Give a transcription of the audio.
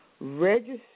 register